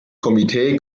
komitee